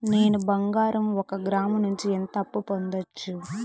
నేను బంగారం ఒక గ్రాము నుంచి ఎంత అప్పు పొందొచ్చు